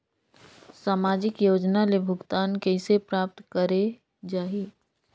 समाजिक योजना ले भुगतान कइसे प्राप्त करे जाहि?